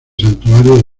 santuario